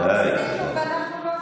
ואנחנו,